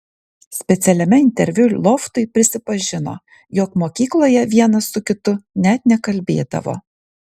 specialiame interviu loftui prisipažino jog mokykloje vienas su kitu net nekalbėdavo